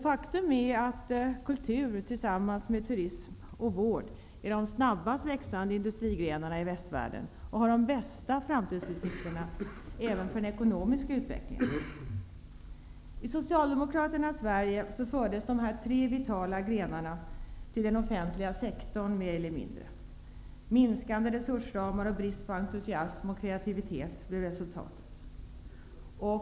Faktum är att kultur, tillsammans med turism och vård, är de snabbast växande ''industrigrenarna'' i västvärlden och har de bästa framtidsutsikterna även för den ekonomiska utvecklingen. I Socialdemokraternas Sverige fördes dessa tre vitala grenar till den offentliga sektorn, mer eller mindre. Minskande resursramar och brist på entusiasm och kreativitet blev resultatet.